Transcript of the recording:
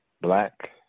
black